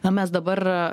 na mes dabar